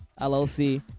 LLC